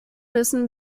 müssen